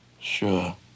Sure